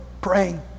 praying